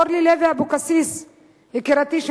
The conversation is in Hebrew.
אורלי לוי אבקסיס יקירתי,